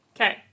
Okay